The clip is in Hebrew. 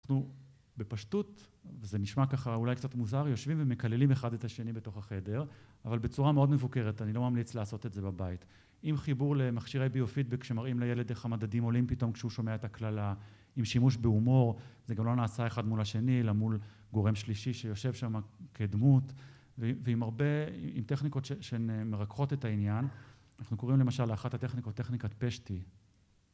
אנחנו בפשטות, וזה נשמע ככה אולי קצת מוזר, יושבים ומקללים אחד את השני בתוך החדר, אבל בצורה מאוד מבוקרת, אני לא ממליץ לעשות את זה בבית. עם חיבור למכשירי ביו-פידבק, שמראים לילד איך המדדים עולים פתאום כשהוא שומע את הקללה, עם שימוש בהומור, זה גם לא נעשה אחד מול השני, אלא מול גורם שלישי שיושב שם כדמות, ועם הרבה, עם טכניקות שמרככות את העניין, אנחנו קוראים למשל לאחת הטכניקות טכניקת פשטי.